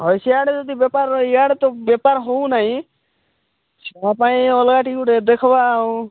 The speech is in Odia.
ସିଆଡ଼େ ଯଦି ବେପାର ଇଆଡ଼େ ତ ବେପାର ହେଉନାହିଁ ତା ପାଇଁ ଅଲଗା ଟିକେ ଦେଖିବା